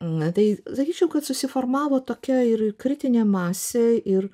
na tai sakyčiau kad susiformavo tokia ir kritinė masė ir